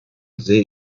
sehe